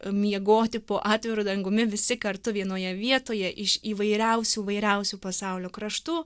miegoti po atviru dangumi visi kartu vienoje vietoje iš įvairiausių įvairiausių pasaulio kraštų